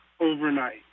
overnight